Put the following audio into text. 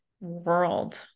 world